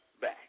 back